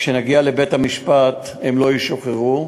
כשנגיע לבית-המשפט, הם לא ישוחררו,